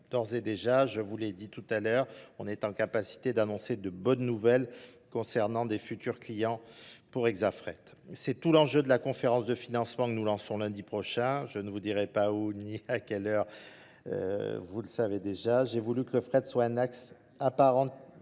D'ores et déjà, je vous l'ai dit tout à l'heure, on est en capacité d'annoncer de bonnes nouvelles concernant des futurs clients pour Exafret. C'est tout l'enjeu de la conférence de financement que nous lançons lundi prochain. Je ne vous dirai pas où ni à quelle heure Vous le savez déjà, j'ai voulu que le fret soit un axe apparent...